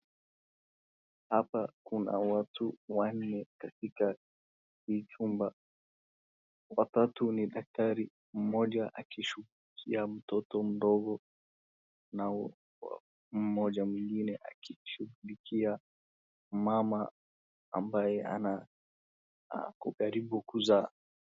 Hapa kuna watu wanne katika hii chumba. watatu ni daktari, mmoja akishighulikia mtoto mdogo na mmoja mwingine akishughulikia mama ambaye ana akokaribu kuza.